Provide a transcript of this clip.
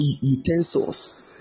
utensils